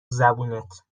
زبونت